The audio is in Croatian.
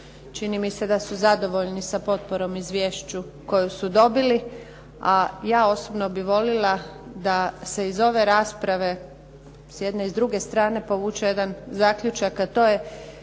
Čini mi se da su zadovoljni sa potporom izvješću koju su dobili. A ja osobno bih voljela da se iz ove rasprave s jedne i s druge strane povuče jedan zaključak, a to je